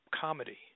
comedy